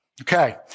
Okay